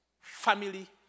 family